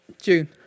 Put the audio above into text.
June